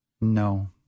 No